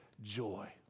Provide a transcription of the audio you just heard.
joy